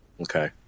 Okay